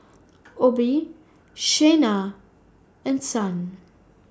Obe Shayna and Son